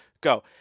go